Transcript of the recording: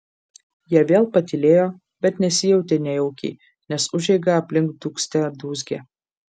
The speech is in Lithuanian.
jie vėl patylėjo bet nesijautė nejaukiai nes užeiga aplink dūgzte dūzgė